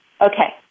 Okay